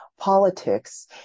politics